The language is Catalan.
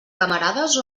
camarades